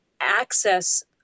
access